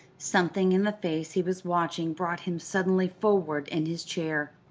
something in the face he was watching brought him suddenly forward in his chair.